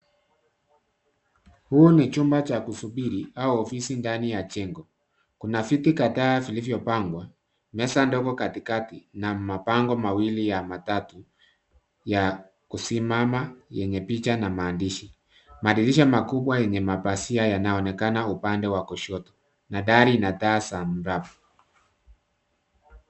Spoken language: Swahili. Huu ni chumba cha kusubiri au ofisi ndani ya jengo. Kuna viti kadhaa vilivyo pangwa, meza ndogo katikati na mabango mawili ya matatu yakusimama, yenye picha na maandishi. Madirisha makubwa yenye mapazia yanaonekana upande wakushoto. Na dari ina taa za mrafu.